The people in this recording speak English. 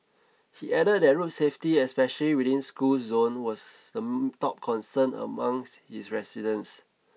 he added that road safety especially within school zones was the top concern amongst his residents